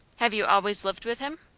have you always lived with him?